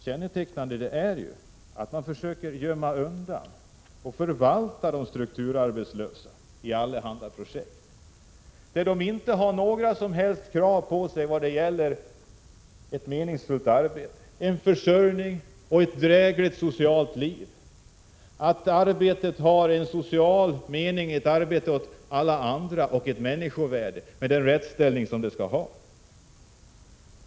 Kännetecknande är ju att man försöker gömma undan och förvalta de strukturarbetslösa i allehanda projekt, där det inte ställs några som helst krav när det gäller ett meningsfullt arbete åt alla, en försörjning och ett drägligt socialt liv, när det gäller att arbetet har en social mening, ger människovärde och får den rättsställning som det skall ha.